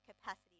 capacity